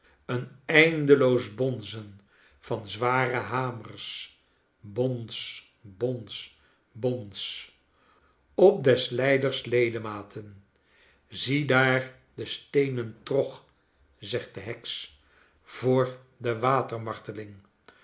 een eindeloos bonzen van zware hamers bons bons bons op des lijderes ledematen ziedaar de steenen trog zegt de heks voor de